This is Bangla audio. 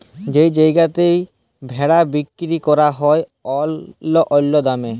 যেই জায়গাতে ভেড়া বিক্কিরি ক্যরা হ্যয় অল্য অল্য দামে